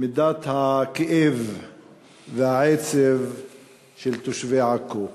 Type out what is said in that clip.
מידת הכאב והעצב של תושבי עכו,